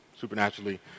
supernaturally